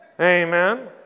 Amen